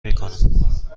میکنم